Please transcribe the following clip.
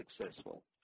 successful